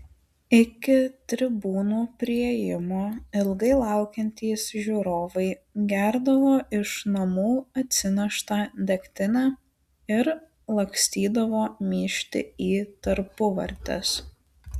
iki tribūnų priėjimo ilgai laukiantys žiūrovai gerdavo iš namų atsineštą degtinę ir lakstydavo myžti į tarpuvartes